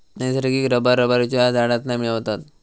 नैसर्गिक रबर रबरच्या झाडांतना मिळवतत